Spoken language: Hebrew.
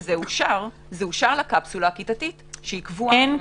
שזה אושר זה אושר לקפסולה הכיתתית שהיא קבועה.